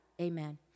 Amen